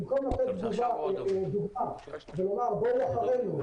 במקום לתת דוגמה ולומר: בואו אחרינו,